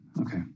Okay